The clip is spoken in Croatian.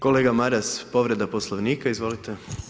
Kolega Maras povreda Poslovnika, izvolite.